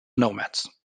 nomads